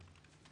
לקרות?